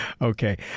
Okay